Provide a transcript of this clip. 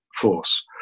force